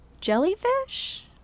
jellyfish